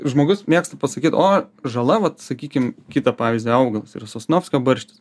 žmogus mėgsta pasakyt o žala vat sakykim kitą pavyzdį augalas yra sosnovskio barštis